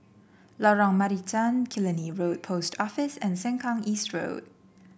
Lorong Marican Killiney Road Post Office and Sengkang East Road